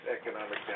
economic